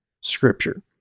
scripture